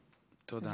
תודה.